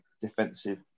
defensive